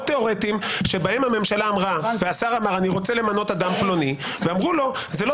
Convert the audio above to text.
תיאורטיים שבהם הממשלה והשר אמרו: אני רוצה למנות אדם פלוני ואמרו לו: זה לא